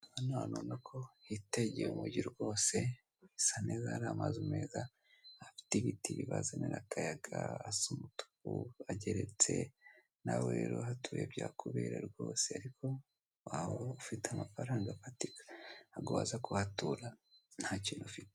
Hano hantu urabona ko hitegere umugi rwose! hasa neza, hari amazu meza, bafite ibiti bibazanira akayaga, hasa umutuku, hageretse, nawe rero uhatuye byakubera rwose ariko, waba ufite amafaranga afatika, ntago waza kuhatura nta kintu ufite.